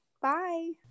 bye